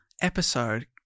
episode